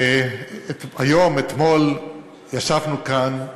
היום, אתמול, ישבנו כאן.